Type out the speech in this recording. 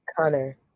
Connor